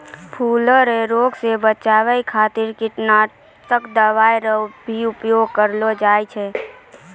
फूलो रो रोग से बचाय खातीर कीटनाशक दवाई रो भी उपयोग करलो जाय छै